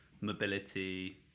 mobility